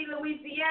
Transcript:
Louisiana